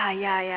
cause